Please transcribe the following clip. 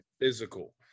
physical